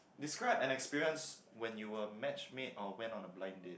describe an experience when you were matched mate or went on a blind date